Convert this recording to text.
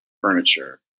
furniture